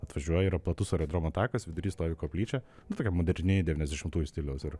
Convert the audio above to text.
atvažiuoji yra platus aerodromo takas vidury stovi koplyčia nu tokia moderni devyniasdešimtųjų stiliaus ir